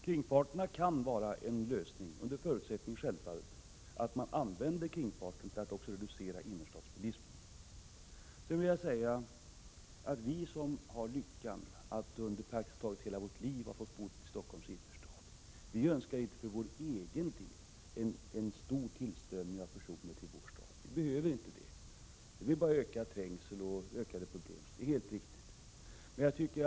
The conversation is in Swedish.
Kringfarterna kan vara en lösning, självfallet under förutsättning att man använder kringfarterna till att också reducera innerstadsbilismen. Sedan vill jag säga, att vi som haft lyckan att under praktiskt taget hela vårt liv få bo i Stockholms innerstad inte för egen del önskar en stor tillströmning av människor till vår stad. Vi behöver inte det. Det är helt riktigt att det leder till ökad trängsel och andra problem.